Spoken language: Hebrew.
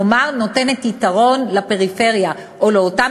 כלומר נותנת יתרון לפריפריה או לאותן